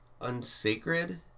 unsacred